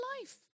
life